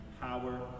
power